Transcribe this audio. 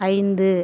ஐந்து